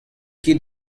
ket